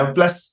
Plus